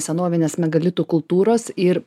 senovinės megalitų kultūros ir